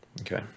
Okay